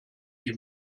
sie